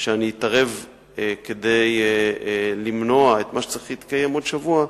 שאני אתערב כדי למנוע את מה שצריך להתקיים בעוד שבוע,